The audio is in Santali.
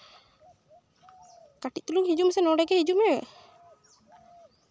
ᱠᱟᱹᱴᱤᱡ ᱛᱩᱞᱩᱝ ᱦᱤᱡᱩᱜ ᱢᱮᱥᱮ ᱱᱚᱰᱮ ᱜᱮ ᱦᱤᱡᱩᱜ ᱢᱮ